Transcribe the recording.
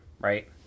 right